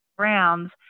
rounds